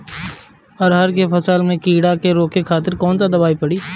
अरहर के फसल में कीड़ा के रोके खातिर कौन दवाई पड़ी?